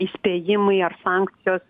įspėjimai ar sankcijos